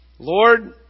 Lord